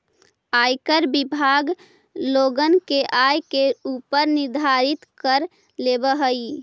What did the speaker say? आयकर विभाग लोगन के आय के ऊपर निर्धारित कर लेवऽ हई